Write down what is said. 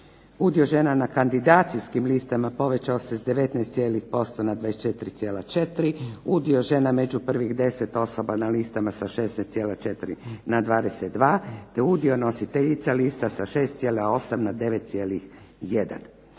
Udio žena na kandidacijskim listama povećao se s 19% na 24,4, udio žena među prvih 10 osoba na listama sa 6,4 na 22% te udio nositeljica lista sa 6,8 na 9,1